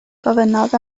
gofynnodd